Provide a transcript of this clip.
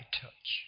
touch